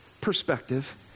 perspective